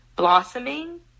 Blossoming